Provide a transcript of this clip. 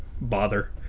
bother